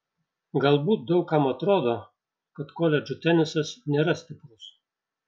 galbūt daug kam atrodo kad koledžų tenisas nėra stiprus